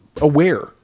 aware